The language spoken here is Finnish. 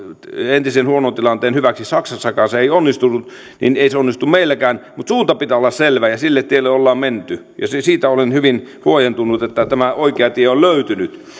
entisen huonon tilanteen hyväksi kun se ei saksassakaan onnistunut niin ei se onnistu meilläkään mutta suunnan pitää olla selvä ja sille tielle ollaan menty siitä olen hyvin huojentunut että tämä oikea tie on löytynyt